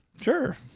Sure